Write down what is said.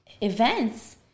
events